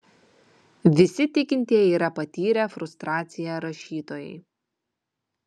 visi tikintieji yra patyrę frustraciją rašytojai